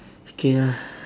okay lah